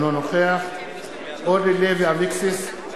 אינו נוכח אורלי לוי אבקסיס,